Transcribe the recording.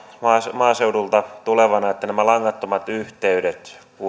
maaseudulta tulevana että nämä langattomat yhteydet